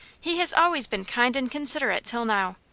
he has always been kind and considerate till now.